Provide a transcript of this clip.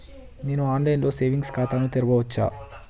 నేను online లో saving ఖాతా ను తెరవచ్చా?